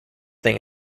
thing